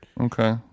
Okay